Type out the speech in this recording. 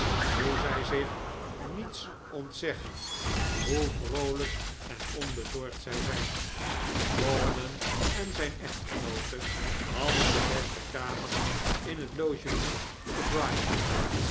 hoe zij zich niets ontzeggen hoe vroolijk en onbezorgd zij zijn rawdon en zijn echtgenoote hadden de beste kamers in het logement te brighton